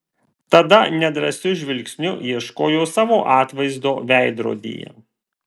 tada nedrąsiu žvilgsniu ieškojo savo atvaizdo veidrodyje